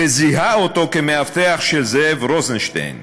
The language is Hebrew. וזיהה אותו כמאבטח של זאב רוזנשטיין.